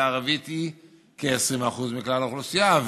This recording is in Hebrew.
הערבית היא כ-20% מכלל האוכלוסייה,